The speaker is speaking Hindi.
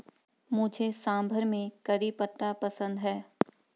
मुझे सांभर में करी पत्ता पसंद है